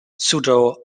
pseudo